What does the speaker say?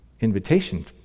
invitation